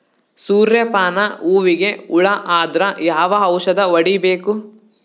ಸೂರ್ಯ ಪಾನ ಹೂವಿಗೆ ಹುಳ ಆದ್ರ ಯಾವ ಔಷದ ಹೊಡಿಬೇಕು?